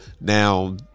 Now